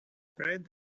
red